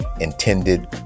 intended